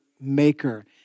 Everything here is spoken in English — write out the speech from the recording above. maker